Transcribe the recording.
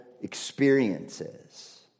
experiences